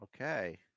Okay